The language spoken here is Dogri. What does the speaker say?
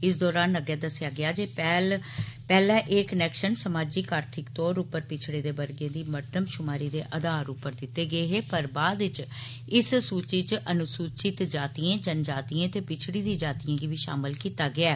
इस दौरान उनें अग्गै दस्सेया गेया जे पैहले एह कनैक्शन समाजिक आर्थिक तौर उप्पर पिच्छड़े बरे दी मर्दमशुमारी दे आधार उप्पर दिते गे हे पर बाद च इस सूचि च अन्सूचित जातियें जनजातियें ते पिछड़ी दी जातियें गी बी शामल कीता गेया ऐ